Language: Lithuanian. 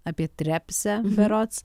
apie trepsę berods